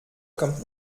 kommt